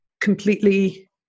completely